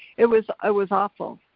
it was ah was awful.